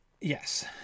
yes